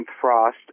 frost